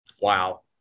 Wow